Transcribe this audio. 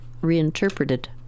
reinterpreted